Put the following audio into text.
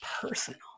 personal